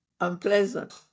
unpleasant